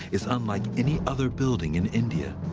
is unlike any other building in india.